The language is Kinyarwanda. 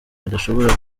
bidashobora